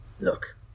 Look